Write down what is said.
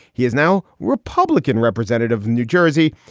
he is now republican representative, new jersey,